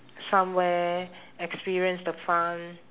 somewhere experience the fun